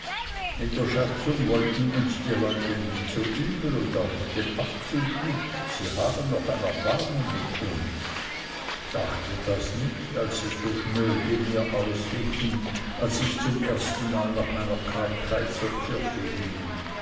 mit der schatzung wollten uns die leute nicht so übel und auch mit dem abzug nicht sie haben noch erbarmen mit uns dachte das nicht als sie so schnöde mir auswichen als ich zum erstenmal nach meiner krankheit zur kirche ging